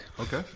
okay